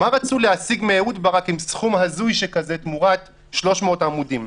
מה רצו להשיג מאהוד ברק עם סכום הזוי תמורת 300 עמודים?